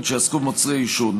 שיעסקו במוצרי עישון.